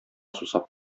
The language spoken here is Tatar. сусап